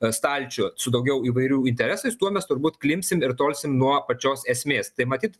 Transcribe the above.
stalčių su daugiau įvairių interesais tuo mes turbūt klimpsim ir tolsim nuo pačios esmės tai matyt